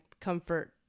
comfort